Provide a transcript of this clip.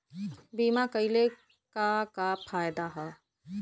बीमा कइले का का फायदा ह?